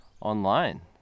online